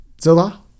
Zola